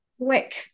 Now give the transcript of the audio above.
quick